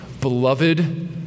beloved